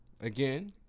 Again